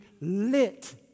lit